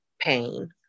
pain